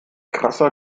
krasser